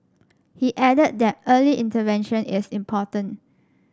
he added that early intervention is important